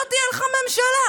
לא תהיה לך ממשלה.